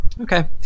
Okay